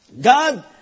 God